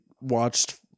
watched